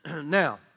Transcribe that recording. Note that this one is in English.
Now